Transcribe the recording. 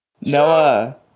Noah